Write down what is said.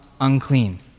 unclean